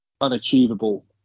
unachievable